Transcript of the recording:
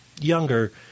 younger